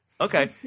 Okay